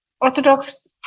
Orthodox